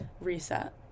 reset